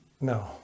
No